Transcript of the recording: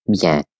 bien